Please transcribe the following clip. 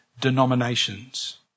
denominations